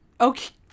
Okay